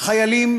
חיילים